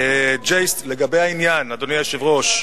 לגבי העניין, אדוני היושב-ראש,